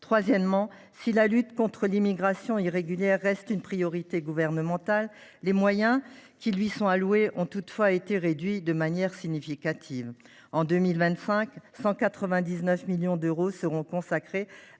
Troisièmement, si la lutte contre l’immigration irrégulière reste une priorité gouvernementale, les moyens qui lui sont alloués ont toutefois été réduits de manière significative. En 2025, 199 millions d’euros seront consacrés